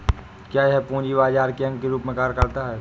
क्या यह पूंजी बाजार के अंग के रूप में कार्य करता है?